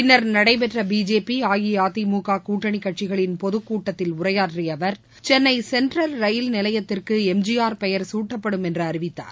பின்னர் நடைபெற்ற பிஜேபி அஇஅதிமுக கூட்டணி கட்சிகளின் பொதுக் கூட்டத்தில் உரையாற்றிய அவர் சென்னை சென்ட்ரல் ரயில் நிலையத்திற்கு எம்ஜிஆர் பெயர் சூட்டப்படும் என்று அறிவித்தார்